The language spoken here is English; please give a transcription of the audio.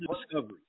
discovery